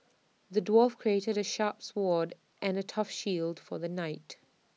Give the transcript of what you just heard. the dwarf crafted A sharp sword and A tough shield for the knight